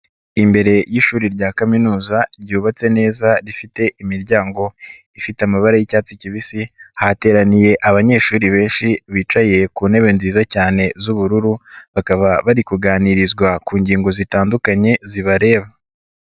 Imbere y'ishuri rya kaminuza ryubatse neza, rifite imiryango ifite amabara y'icyatsi kibisi, hateraniye abanyeshuri benshi, bicaye ku ntebe nziza cyane z'ubururu, bakaba bari kuganirizwa ku ngingo zitandukanye zibareba.